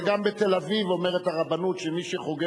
גם בתל-אביב אומרת הרבנות שמי שחוגג